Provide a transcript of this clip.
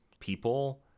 people